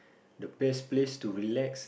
to best place to relax